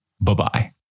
Bye-bye